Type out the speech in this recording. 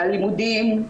הלימודים,